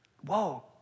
Whoa